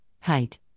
height